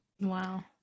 Wow